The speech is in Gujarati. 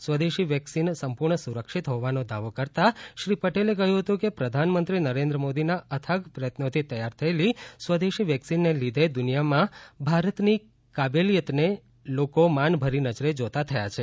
સ્વદેશી વેક્સિન સંપૂર્ણ સુરક્ષિત હોવાનો દાવો કરતાં શ્રી પટેલે કહ્યું હતું કે પ્રધાનમંત્રી નરેન્દ્ર મોદીના અથાગ પ્રયત્નોથી તૈયાર થયેલી સ્વદેશી વેક્સિનને લીધે દુનિયામાં ભારતની કાબેલિયતને લોકો માન ભરી નજરે જોતાં થયા છે